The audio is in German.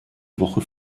woche